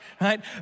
right